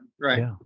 right